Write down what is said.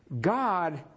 God